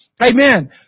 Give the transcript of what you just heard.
Amen